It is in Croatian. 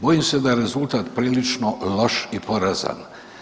Bojim se da je rezultat prilično loš i porazan.